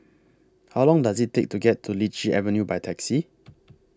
How Long Does IT Take to get to Lichi Avenue By Taxi